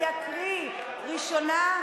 אני אקריא: ראשונה,